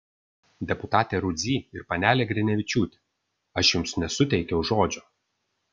deputate rudzy ir panele grinevičiūte aš jums nesuteikiau žodžio